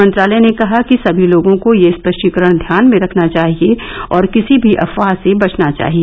मंत्रालय ने कहा कि समी लोगों को यह स्पष्टीकरण ध्यान में रखना चाहिए और किसी भी अफवाह से बचना चाहिए